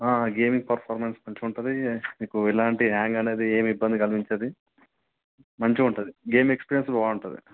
gaming performance మంచిగుంటుంది మీకు ఎలాంటి హ్యాంగ్ అనేది ఏం ఇబ్బంది కలిగించదు మంచిగుంటుంది గేమ్ ఎక్స్పీరియన్స్ బాగుంటుంది